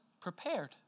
prepared